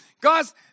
Guys